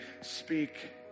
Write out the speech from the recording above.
Speak